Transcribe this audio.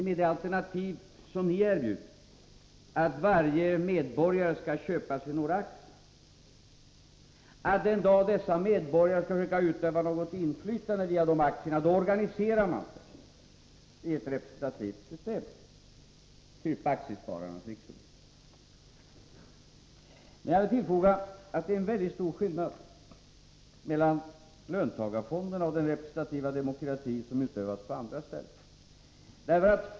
Med det alternativ som ni erbjuder — att varje medborgare skall köpa sig några aktier — visar det sig att den dag som dessa medborgare vill försöka utöva något inflytande via dessa aktier måste de organisera sig i ett representativt system av typ Aktiespararnas riksförbund. Men jag vill tillfoga att det är en mycket stor skillnad mellan löntagarfonderna och den representativa demokrati som utövas på andra ställen.